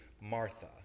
Martha